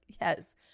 yes